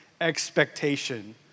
expectation